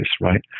right